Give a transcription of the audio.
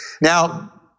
Now